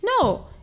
no